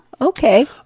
Okay